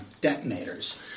detonators